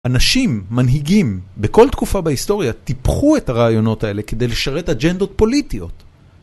אנשים, מנהיגים, בכל תקופה בהיסטוריה טיפחו את הרעיונות האלה כדי לשרת אג'נדות פוליטיות.